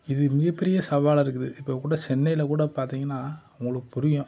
இது மிகப்பெரிய சவாலாக இருக்குது இப்போ கூட சென்னையில கூட பார்த்திங்கன்னா உங்களுக்கு புரியும்